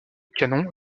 canons